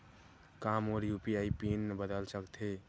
का मोर UPI PIN बदल सकथे?